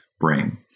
brain